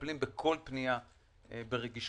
מטפלים בכל פנייה ברגישות,